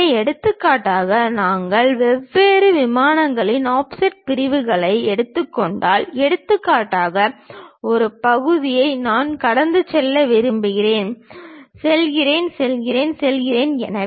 எனவே எடுத்துக்காட்டாக நாங்கள் வெவ்வேறு விமானங்களில் ஆஃப்செட் பிரிவுகளை எடுத்துக்கொண்டால் எடுத்துக்காட்டாக ஒரு பகுதியை நான் கடந்து செல்ல விரும்புகிறேன் செல்கிறது செல்கிறது செல்கிறது